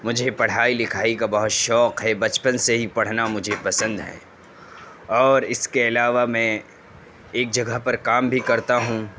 مجھے پڑھائی لکھائی کا بہت شوق ہے بچپن سے ہی پڑھنا مجھے پسند ہے اور اس کے علاوہ میں ایک جگہ پر کام بھی کرتا ہوں